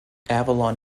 avalon